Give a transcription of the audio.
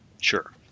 Sure